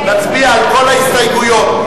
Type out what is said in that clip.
נצביע על כל ההסתייגויות.